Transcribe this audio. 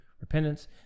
repentance